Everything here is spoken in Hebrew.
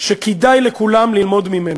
שכדאי לכולם ללמוד ממנו.